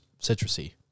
citrusy